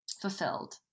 fulfilled